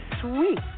Sweet